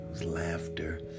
laughter